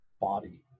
body